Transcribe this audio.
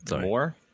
More